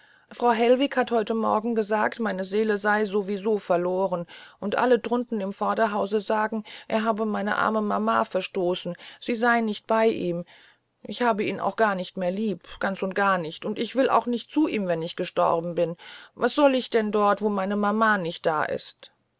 frau hellwig hat heute morgen gesagt meine seele sei so wie so verloren und alle drunten im vorderhause sagen er habe meine arme mama verstoßen sie sei nicht bei ihm ich habe ihn aber auch nicht mehr lieb ganz und gar nicht und ich will auch nicht zu ihm wenn ich gestorben bin was soll ich denn dort wo meine mama nicht ist